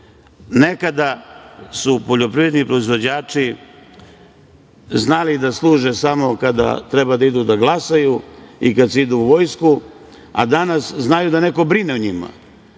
Nekada su poljoprivredni proizvođači znali da služe samo kada treba da idu da glasaju i kad se ide u vojsku, a danas znaju da neko brine o njima